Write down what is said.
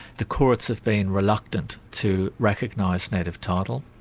the courts have been reluctant to recognise native title.